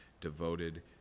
devoted